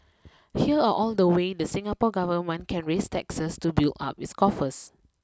here are all the ways the Singapore government can raise taxes to build up its coffers